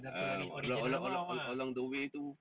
ah along along along along the way itu